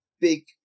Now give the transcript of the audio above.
big